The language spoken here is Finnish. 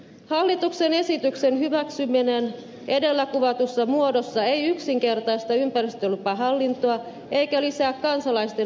hallituksen esityksen hyväksyminen edellä kuvatussa muodossa ei yksinkertaista ympäristölupahallintoa eikä lisää kansalaisten osallistumismahdollisuuksia